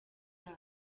yabo